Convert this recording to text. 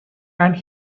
and